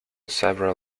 several